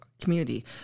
community